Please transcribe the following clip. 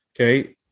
Okay